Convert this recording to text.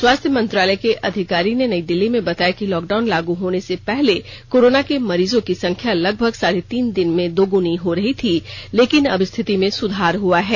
स्वास्थ्य मंत्रालय के अधिकारी ने नई दिल्ली में बताया कि लॉकडाउन लागू होने से पहले कोरोना के मरीजों की संख्या लगभग साढ़े तीन दिन में दोगुनी हो रही थी लेकिन अब स्थिति में सुधार हुआ है